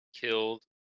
killed